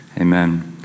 amen